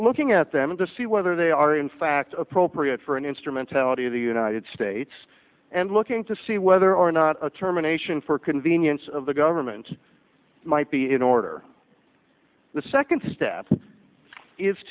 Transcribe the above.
looking at them to see whether they are in fact appropriate for an instrumentality of the united states and looking to see whether or not a terminations for convenience of the government might be in order the second st